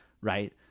right